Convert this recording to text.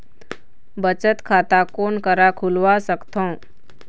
बचत खाता कोन करा खुलवा सकथौं?